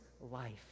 life